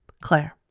Claire